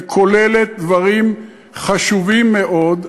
וכוללת דברים חשובים מאוד,